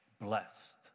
blessed